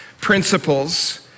principles